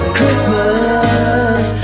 Christmas